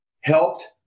helped